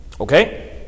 Okay